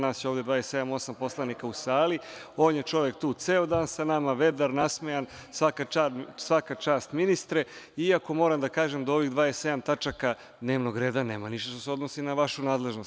Nas je ovde 27, 28 poslanika u sali, on je čovek tu ceo dan sa nama, vedar, nasmejan, svaka čast ministre, iako moram da kažem da u ovih 27 tačaka dnevnog reda nema ništa što se odnosi na vašu nadležnost.